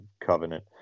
covenant